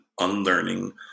unlearning